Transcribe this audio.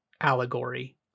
allegory